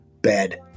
bed